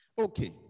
Okay